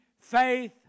faith